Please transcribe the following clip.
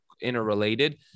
interrelated